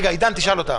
רגע, עידן, תשאל אותה.